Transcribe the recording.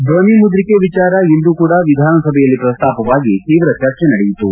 ಧ್ದನಿ ಮುದ್ರಿಕೆ ವಿಚಾರ ಇಂದು ಕೂಡಾ ವಿಧಾನಸಭೆಯಲ್ಲಿ ಪ್ರಸ್ತಾಪವಾಗಿ ತೀವ್ರ ಚರ್ಚೆ ನಡೆಯಿತು